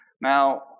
Now